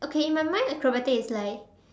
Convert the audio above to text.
okay in my mind acrobatic is like